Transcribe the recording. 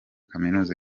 kaminuza